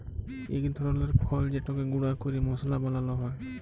ইক ধরলের ফল যেটকে গুঁড়া ক্যরে মশলা বালাল হ্যয়